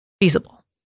feasible